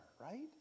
right